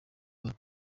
babo